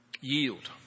Yield